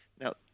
now